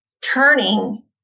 turning